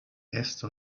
esto